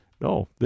No